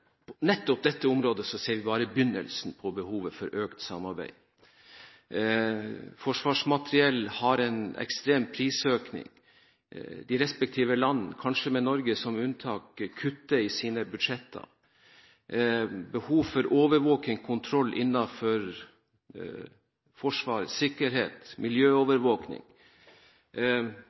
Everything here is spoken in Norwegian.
området tror jeg at vi nettopp i dette området bare ser begynnelsen på behovet for økt samarbeid. Forsvarsmateriell har en ekstrem prisøkning, de respektive land – kanskje med Norge som unntak – kutter i sine budsjetter, mens behovet for overvåking og kontroll innenfor Forsvaret, sikkerhet,